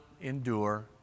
endure